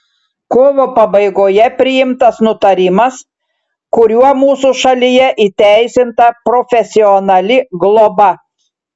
kovo pabaigoje priimtas nutarimas kuriuo mūsų šalyje įteisinta profesionali globa